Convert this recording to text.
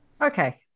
Okay